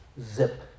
zip